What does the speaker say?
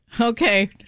okay